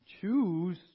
choose